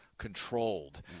Controlled